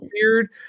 weird